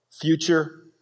future